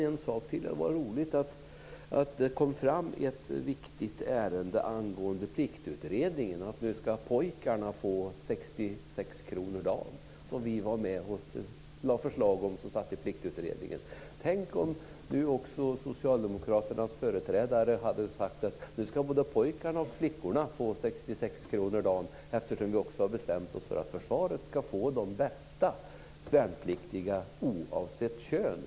En sak till: Det var roligt att det kom fram i ett viktigt ärende att vi som satt i Pliktutredningen lade fram förslag om att pojkarna skulle få 66 kr om dagen. Tänk om socialdemokraternas företrädare nu också hade sagt att både pojkarna och flickorna ska få 66 kr om dagen, eftersom vi har bestämt att försvaret ska få de bästa värnpliktiga oavsett kön!